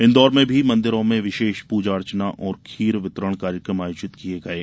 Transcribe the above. इन्दौर में भी मंदिरों में विशेष पूजा अर्चना और खीर वितरण कार्यक्रम किये गये